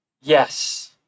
Yes